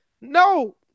no